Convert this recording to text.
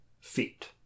feet